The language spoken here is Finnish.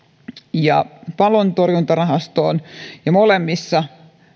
ja palontorjuntarahastoon molemmissa